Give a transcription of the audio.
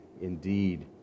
indeed